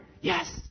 Yes